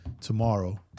tomorrow